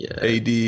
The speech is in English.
AD